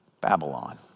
Babylon